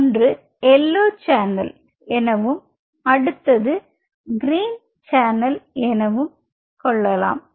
ஒன்று yellow channel எனவும் அடுத்தது க்ரீன் சேனல் எனவும் கொள்ளலாம்